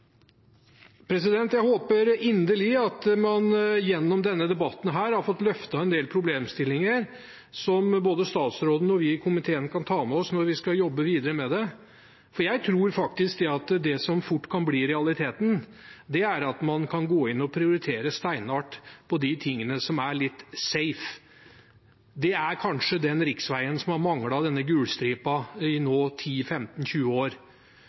Jeg håper inderlig at man gjennom denne debatten har fått løftet en del problemstillinger som både statsråden og vi i komiteen kan ta med oss når vi skal jobbe videre med det. Jeg tror faktisk at det som fort kan bli realiteten, er at man går inn og prioriterer steinhardt på det som er litt safe. Det er kanskje den riksveien som har manglet den gule stripen nå i 10–15–20 år,